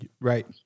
Right